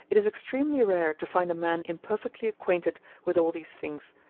it is extremely rare to find a man imperfectly acquainted with all these things,